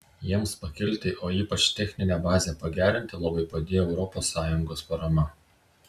jiems pakilti o ypač techninę bazę pagerinti labai padėjo europos sąjungos parama